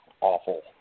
awful